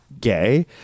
gay